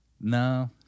No